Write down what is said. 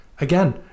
again